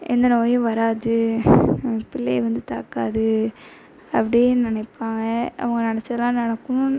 எந்த நோயும் வராது பிள்ளையை வந்து தாக்காது அப்டின்னு நினைப்பாங்க அவங்க நெனைச்சதுலாம் நடக்கணுன்னு